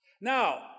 Now